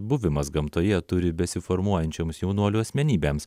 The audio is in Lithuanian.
buvimas gamtoje turi besiformuojančioms jaunuolių asmenybėms